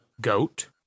goat